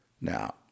Now